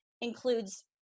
includes